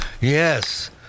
Yes